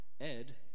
Ed